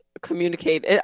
communicate